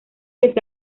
está